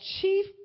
chief